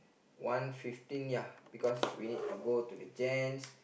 one fifteen ya because we need to go to the gents